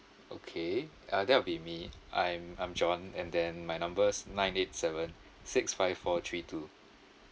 okay uh that will be me I'm I'm john and then my number's nine eight seven six five four three two